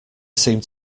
seemed